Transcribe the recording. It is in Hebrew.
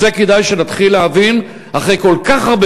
את זה כדאי שנתחיל להבין אחרי כל כך הרבה